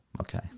Okay